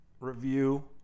review